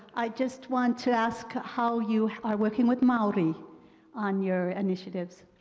i just want to ask how you are working with maori on your initiatives?